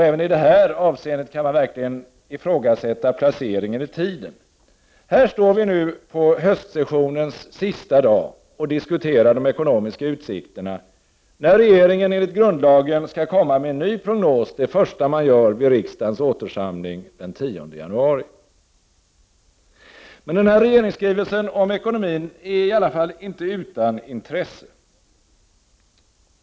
Även i detta avseende kan man ifrågasätta placeringen i tiden. Här står vi nu på höstsessionens sista dag och diskuterar de ekonomiska utsikterna, när regeringen enligt grundlagen skall komma med en ny prognos det första den gör vid riksdagens återsamling den 10 januari. Regeringsskrivelsen om ekonomin är i alla fall inte utan intresse.